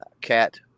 Cat